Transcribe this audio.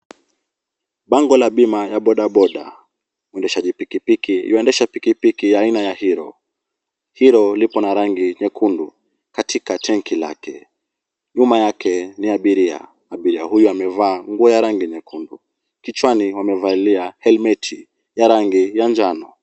Bango la bima ya bodaboda, mwendeshaji pipipiki yuaendesha pikipiki ya aina ya Hero ,Hero lipo na rangi nyekundu katika tenki lake, nyuma yake ni abiria ,abiria huyu amevaa nguo ya rangi nyekundu, kichwani amevalia helmeti ya rangi ya njano .